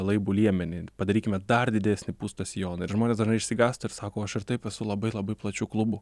laibų liemenį padarykime dar didesnį pūstą sijoną ir žmonės dažnai išsigąsta ir sako aš ir taip esu labai labai plačių klubų